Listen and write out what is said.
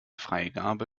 freigabe